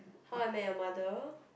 How-I-Met-Your-Mother